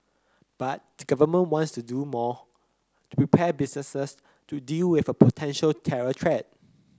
but the Government wants to do more to prepare businesses to deal with a potential terror threat